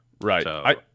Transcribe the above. Right